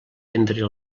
entre